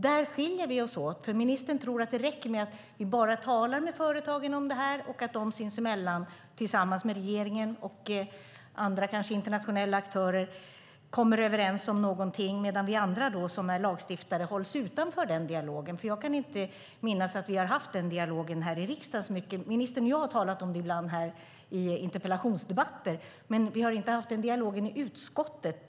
Där skiljer vi oss åt, för ministern tror att det räcker med att vi bara talar med företagen om det här och att de sinsemellan tillsammans med regeringen och kanske med andra internationella aktörer kommer överens om någonting medan vi som lagstiftare hålls utanför den dialogen. Jag kan nämligen inte minnas att vi har haft den dialogen här i riksdagen så mycket. Ministern och jag har ibland talat om det här i interpellationsdebatter, men vi har inte haft den dialogen i utskottet.